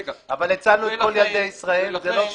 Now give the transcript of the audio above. אבל הצלנו את כל ילדי ישראל, זה לא טוב?